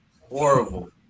horrible